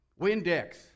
Windex